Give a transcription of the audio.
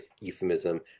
euphemism